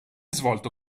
svolto